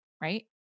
right